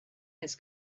his